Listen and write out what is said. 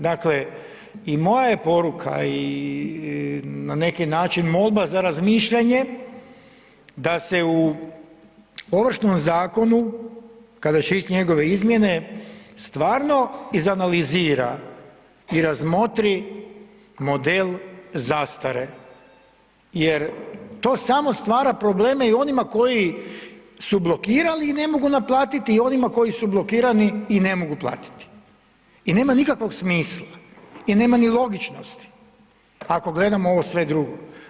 Dakle, moja je poruka i na neki način molba za razmišljanje da se u Ovršnom zakonu kada će ići njegove izmjene stvarno izanalizira i razmotri model zastare jer to samo stvara probleme i onima koji su blokirali i ne mogu naplatiti onima koji su blokirani i ne mogu platiti i nema nikakvog smisla i nema ni logičnosti ako gledamo ovo sve drugo.